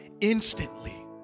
Instantly